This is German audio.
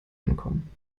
ankommen